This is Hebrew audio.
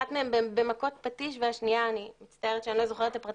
אחת מהן במכות פטיש והשנייה מצטערת שאני לא זוכרת את הפרטים.